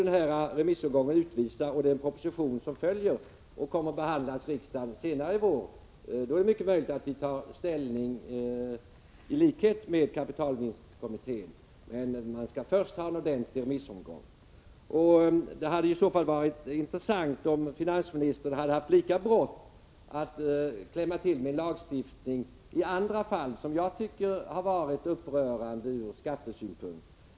När remissomgången har genomförts och den proposition som följer behandlas i riksdagen senare i vår, är det mycket möjligt att vi tar ställning i likhet med kapitalvinstkommittén, men det skall först vara en ordentlig remissomgång. Det hade varit intressant, om finansministern haft lika brått att klämma till med lagstiftning i andra fall som jag tycker har varit upprörande ur skattesynpunkt.